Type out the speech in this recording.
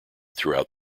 throughout